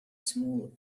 small